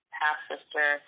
half-sister